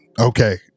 okay